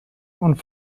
und